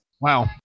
Wow